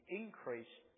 increase